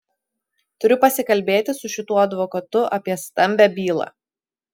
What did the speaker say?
turiu pasikalbėti su šituo advokatu apie stambią bylą